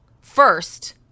First